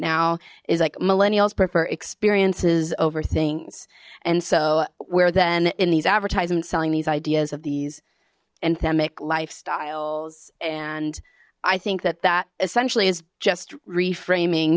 now is like millennials prefer experiences over things and so we're then in these advertisements selling these ideas of these endemic lifestyles and i think that that essentially is just reframing